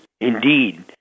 indeed